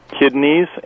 kidneys